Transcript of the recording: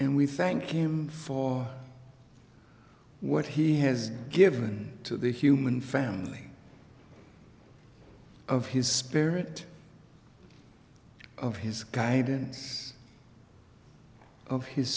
and we thank you for what he has given to the human family of his spirit of his guidance of his